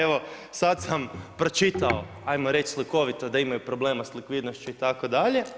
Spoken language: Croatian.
Evo sad sam pročitao hajmo reći slikovito da imaju problema sa likvidnošću itd.